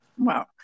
wow